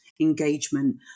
engagement